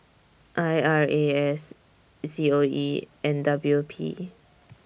I R A S C O E and W P